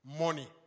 Money